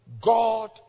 God